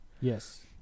yes